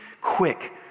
quick